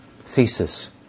thesis